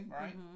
right